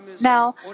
Now